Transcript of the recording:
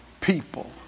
people